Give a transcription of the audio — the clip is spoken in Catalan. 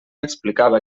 explicava